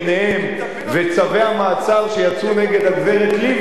וצווי המעצר שיצאו נגד הגברת לבני,